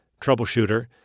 Troubleshooter